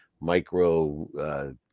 Micro